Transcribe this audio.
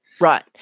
Right